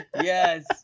Yes